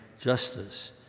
justice